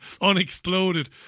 unexploded